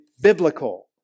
biblical